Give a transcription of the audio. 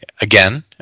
again